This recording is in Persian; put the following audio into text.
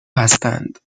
هستند